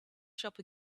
shop